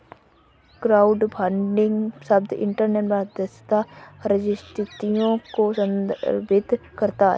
crowdfunding शब्द internet मध्यस्थता रजिस्ट्रियों को संदर्भित करता है